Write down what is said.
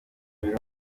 biri